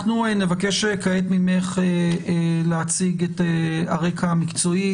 אנחנו נבקש כעת ממך להציג את הרקע המקצועי.